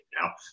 now